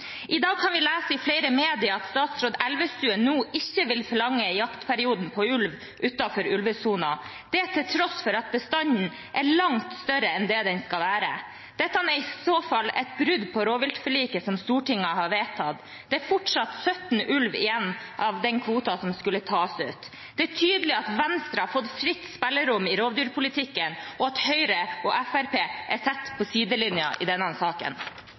I dag kan vi lese i flere medier at statsråd Elvestuen ikke vil forlenge jaktperioden for ulv utenfor ulvesonen – det til tross for at bestanden er langt større enn det den skal være. Dette er i så fall et brudd på rovviltforliket som Stortinget har vedtatt. Det er fortsatt 17 ulv igjen av den kvoten som skulle tas ut. Det er tydelig at Venstre har fått fritt spillerom i rovdyrpolitikken, og at Høyre og Fremskrittspartiet er satt på sidelinjen i denne saken.